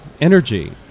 energy